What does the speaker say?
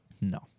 No